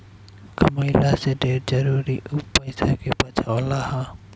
कमइला से ढेर जरुरी उ पईसा के बचावल हअ